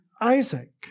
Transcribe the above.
Isaac